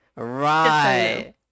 Right